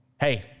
hey